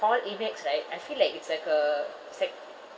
call amex right I feel like it's like a sec